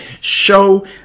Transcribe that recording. Show